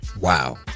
Wow